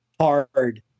hard